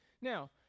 Now